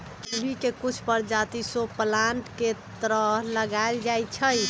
अरबी के कुछ परजाति शो प्लांट के तरह लगाएल जाई छई